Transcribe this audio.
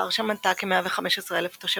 ורשה מנתה כ-115,000 תושבים,